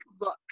look